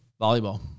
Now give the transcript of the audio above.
Volleyball